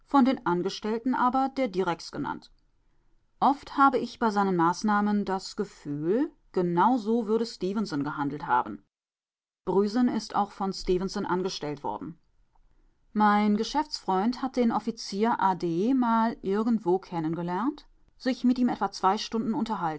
von den angestellten aber der direks genannt oft habe ich bei seinen maßnahmen das gefühl genau so würde stefenson gehandelt haben brüsen ist auch von stefenson angestellt worden mein geschäftsfreund hat den offizier a d mal irgendwo kennengelernt sich mit ihm etwa zwei stunden